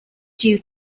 due